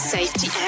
Safety